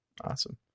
Awesome